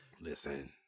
Listen